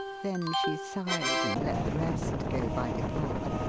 then she sighed and let the rest go by default.